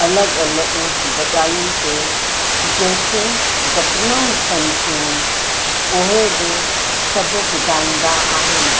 अलॻि अलॻि जॻहियुनि ते जेके घटनाऊं थियनि थियूं उहे बि सभु ॿुधाईंदा आहिनि